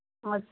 हजुर